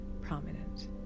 prominent